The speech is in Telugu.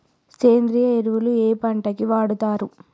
సేంద్రీయ ఎరువులు ఏ పంట కి వాడుతరు?